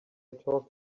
talked